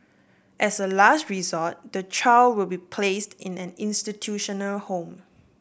as a last resort the child will be placed in an institutional home